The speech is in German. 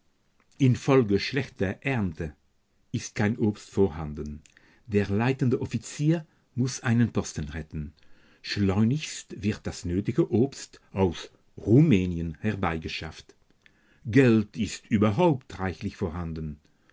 infolge schlechter ernte ist kein obst vorhanden der leitende offizier muß einen posten retten schleunigst wird das nötige obst aus rumänien herbeigeschafft geld ist überhaupt reichlich vorhanden